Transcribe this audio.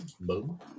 Boom